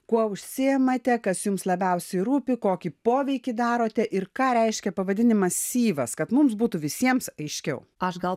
kuo užsiimate kas jums labiausiai rūpi kokį poveikį darote ir ką reiškia pavadinimas syvas kad mums būtų visiems aiškiau aš gal